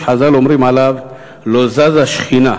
שחז"ל אומרים עליו: לא זזה שכינה,